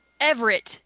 Everett